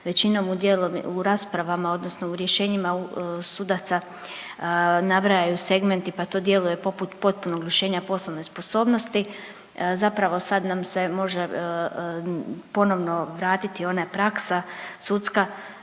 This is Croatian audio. većinom u raspravama odnosno u rješenjima sudaca nabrajaju segmenti pa to djeluje poput potpunog lišenja poslovne sposobnosti, zapravo sad nam se može ponovno vratiti ona praksa sudska